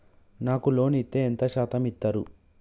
నాకు లోన్ ఇత్తే ఎంత శాతం ఇత్తరు?